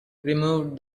removed